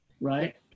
right